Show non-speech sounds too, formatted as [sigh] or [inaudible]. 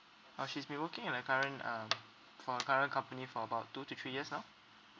oh she's been working at her current um [noise] for her current company for about two to three years now